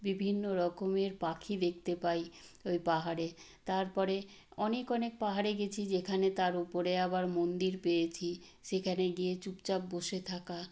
বিভিন্ন রকমের পাখি দেখতে পাই ওই পাহাড়ে তারপরে অনেক অনেক পাহাড়ে গেছি যেখানে তার উপরে আবার মন্দির পেয়েছি সেখানে গিয়ে চুপচাপ বসে থাকা